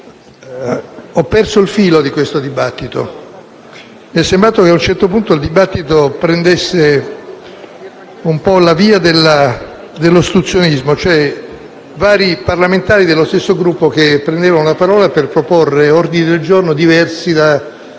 ho perso il filo di questo dibattito. Mi è sembrato che, a un certo punto, il dibattito prendesse la via dell'ostruzionismo, con vari parlamentari dello stesso Gruppo che prendevano la parola per proporre ordini del giorno diversi da